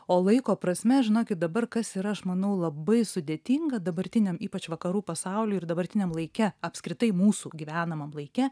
o laiko prasme žinokit dabar kas yra aš manau labai sudėtinga dabartiniam ypač vakarų pasauliui ir dabartiniam laike apskritai mūsų gyvenamam laike